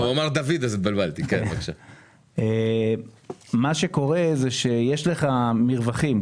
מה שקורה זה שיש לך מרווחים,